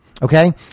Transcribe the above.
Okay